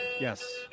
yes